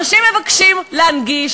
אנשים מבקשים להנגיש,